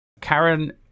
Karen